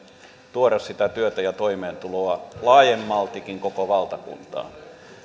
tuoda sitä työtä ja toimeentuloa laajemmaltikin koko valtakuntaan